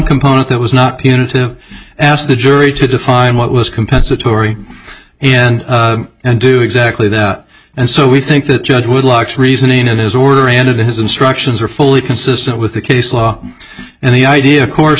component that was not punitive asked the jury to define what was compensatory and and do exactly that and so we think that judge would locks reasoning in his order and of his instructions are fully consistent with the case law and the idea of course